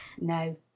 no